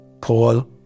Paul